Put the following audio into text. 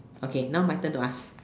okay now my turn to ask